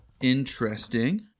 interesting